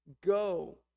Go